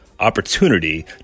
opportunity